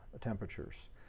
temperatures